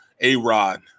A-Rod